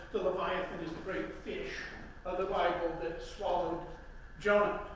the leviathan is the great fish of the bible that swallowed jonah.